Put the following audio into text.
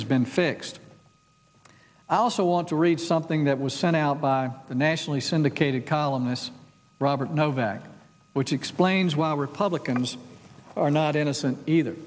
has been fixed i also want to read something that was sent out by a nationally syndicated columnist robert novak which explains why republicans are not innocent either